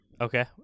Okay